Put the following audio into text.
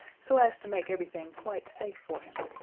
so as to make everything quite safe for him.